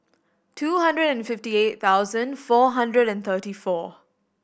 two hundred and fifty eight thousand four hundred and thirty four